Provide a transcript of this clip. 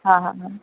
હા હા હા